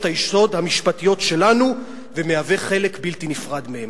היסוד המשפטיות שלנו ומהווה חלק בלתי נפרד מהן".